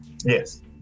yes